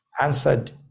answered